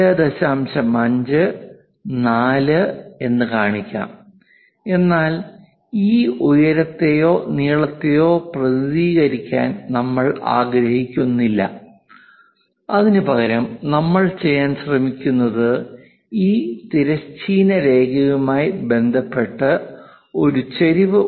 5 4 എന്ന് കാണിക്കാം എന്നാൽ ഈ ഉയരത്തെയോ നീളത്തെയോ പ്രതിനിധീകരിക്കാൻ നമ്മൾ ആഗ്രഹിക്കുന്നില്ല അതിനുപകരം നമ്മൾ ചെയ്യാൻ ശ്രമിക്കുന്നത് ഈ തിരശ്ചീന രേഖയുമായി ബന്ധപ്പെട്ട് ഒരു ചെരിവ് ഉണ്ട്